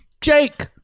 Jake